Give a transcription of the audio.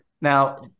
Now